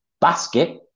basket